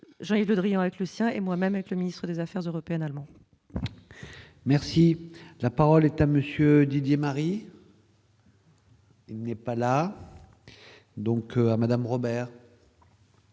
Jean-Yves Le Drian, avec le sien et moi-même, avec le ministre des affaires européennes allemand. Merci, la parole est à monsieur Didier Marie. Il n'est pas là donc à Madame Robert.